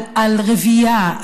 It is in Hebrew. על רבייה,